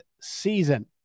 season